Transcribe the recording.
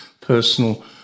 personal